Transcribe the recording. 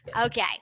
Okay